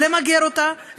למגר אותה,